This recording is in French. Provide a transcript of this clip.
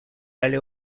aller